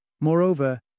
moreover